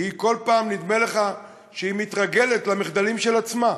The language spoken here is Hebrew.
כל פעם נדמה לך שהיא מתרגלת למחדלים של עצמה,